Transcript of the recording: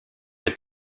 est